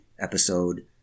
episode